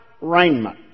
raiment